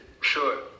sure